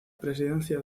presidencia